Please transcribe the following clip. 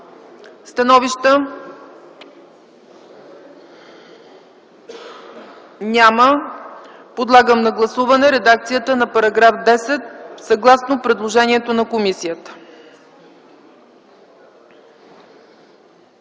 Няма. Подлагам на гласуване редакцията на § 11 съгласно предложението на комисията.